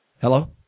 hello